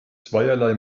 zweierlei